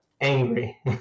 angry